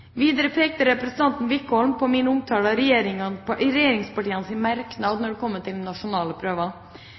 Videre pekte representanten Wickholm på min omtale av regjeringspartienes merknad når det kommer til nasjonale